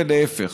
ולהפך.